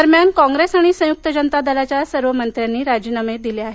दरम्यान कॉप्रेस आणि संयुक्त जनता दलाच्या सर्व मंत्र्यांनी राजीनामे दिले आहेत